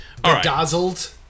Dazzled